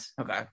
Okay